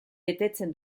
betetzen